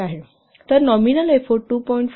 तर nominal effort 2